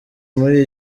muri